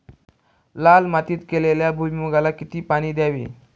लाल मातीत केलेल्या भुईमूगाला किती पाणी द्यावे?